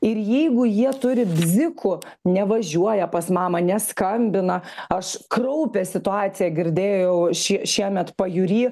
ir jeigu jie turi bzikų nevažiuoja pas mamą neskambina aš kraupią situaciją girdėjau ši šiemet pajūry